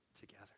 together